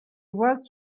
walked